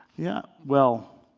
yeah, well,